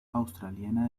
australiana